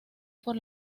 por